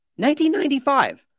1995